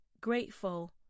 grateful